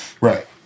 Right